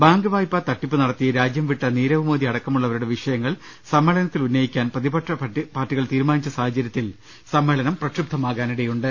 bank വായ്പാ തട്ടിപ്പ് നടത്തി രാജ്യം വിട്ട നീരവ് മോദി അടക്കമുള്ളവരുടെ വിഷയങ്ങൾ സമ്മേളനത്തിൽ ഉന്നയിക്കാൻ പ്രതിപക്ഷ പാർട്ടികൾ തീരുമാനിച്ച സാഹചര്യ ത്തിൽ സമ്മേളനം പ്രക്ഷുബ്ധമാകാൻ ഇടയുണ്ട്